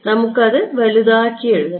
നമുക്ക് അത് വലുതാക്കി എഴുതണം